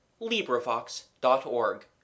LibriVox.org